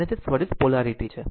અને તે ત્વરિત પોલારીટી છે